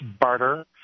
barter